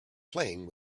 playing